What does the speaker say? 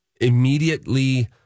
Immediately